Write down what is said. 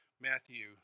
Matthew